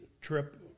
trip